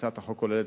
הצעת החוק כוללת,